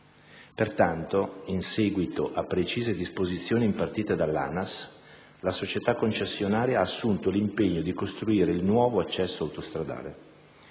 Pertanto, in seguito a precise disposizioni impartite dall'ANAS, la società concessionaria ha assunto l'impegno di costruire il nuovo accesso autostradale.